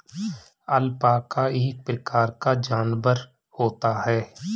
alpaca एक प्रकार का जानवर होता है